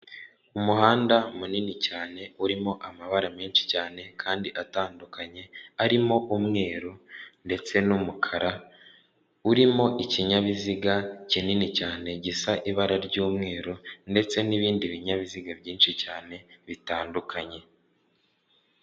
Umuhanda munini cyane urimo amabara menshi cyane kandi atandukanye arimo umweru ndetse n'umukara, urimo ikinyabiziga kinini cyane gisa ibara ry'umweru ndetse n'ibindi binyabiziga byinshi cyane bitandukanye.